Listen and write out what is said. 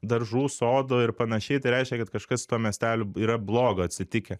daržų sodų ir panašiai tai reiškia kad kažkas su tuo miesteliu yra blogo atsitikę